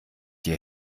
dir